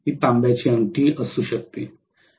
ही तांब्याची अंगठी असू शकते